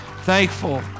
Thankful